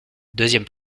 deuxième